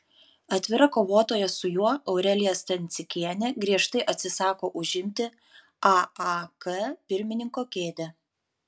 atvira kovotoja su juo aurelija stancikienė griežtai atsisako užimti aak pirmininko kėdę